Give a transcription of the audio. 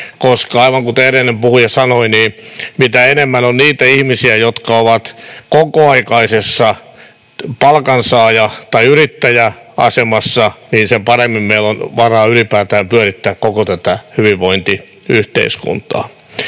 koska, aivan kuten edellinen puhuja sanoi, mitä enemmän on niitä ihmisiä, jotka ovat kokoaikaisessa palkansaaja‑ tai yrittäjäasemassa, sen paremmin meillä on varaa ylipäätään pyörittää koko tätä hyvinvointiyhteiskuntaa.